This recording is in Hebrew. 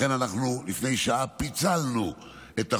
לפני שעה פיצלנו את החוק.